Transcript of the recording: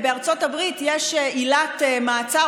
בארצות הברית יש עילת מעצר,